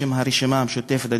בשם הרשימה המשותפת,